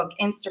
Instagram